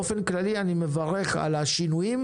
באופן כללי אני מברך על השינויים.